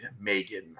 Megan